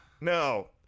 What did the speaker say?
No